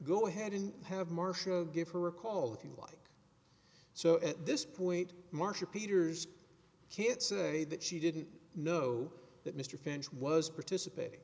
go ahead and have marshall give her a call if you like so at this point marcia peters can't say that she didn't know that mr finch was participating